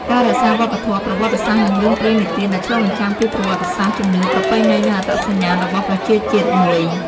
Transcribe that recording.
ការរក្សាវប្បធម៌ ប្រវត្តិសាស្ត្រនឹងរឿងព្រេងនិទានដែរឆ្លុះបញ្ចាំងពី ប្រវត្តិសាស្ត្រ ជំនឿ ប្រពៃណី និង អត្តសញ្ញាណ របស់ប្រជាជាតិមួយ ។